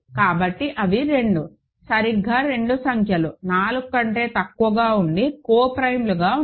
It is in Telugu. కాబట్టి అవి 2 సరిగ్గా 2 సంఖ్యలు 4 కంటే తక్కువగా ఉండి కో ప్రైమ్ లు గా ఉంటాయి